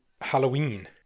Halloween